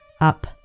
Up